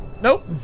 Nope